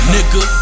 Nigga